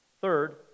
third